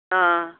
ஆ